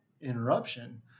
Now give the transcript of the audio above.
interruption